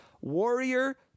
Warrior